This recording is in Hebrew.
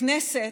הכנסת,